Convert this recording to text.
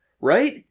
right